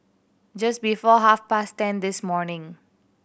just before half past ten this morning